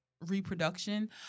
reproduction